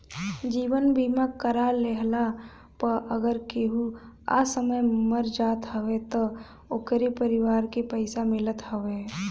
जीवन बीमा करा लेहला पअ अगर केहू असमय मर जात हवे तअ ओकरी परिवार के पइसा मिलत हवे